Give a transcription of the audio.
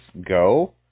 go